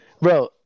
bro